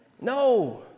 No